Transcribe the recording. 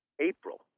April